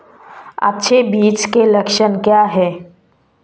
अच्छे बीज के लक्षण क्या हैं?